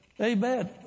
Amen